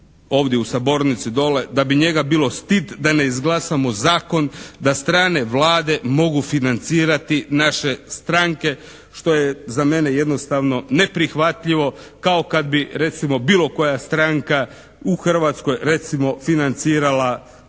ovdje u sabornici dolje da bi njega bilo stid da ne izglasamo zakon da strane vlade mogu financirati naše stranke što je za mene jednostavno neprihvatljivo kao kad bi recimo bilo koja stranka u Hrvatskoj recimo financirala